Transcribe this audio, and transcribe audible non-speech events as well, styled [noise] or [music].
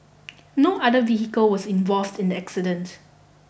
[noise] no other vehicle was involved in the accident